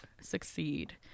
succeed